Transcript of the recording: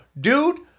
dude